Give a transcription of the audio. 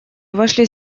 вошли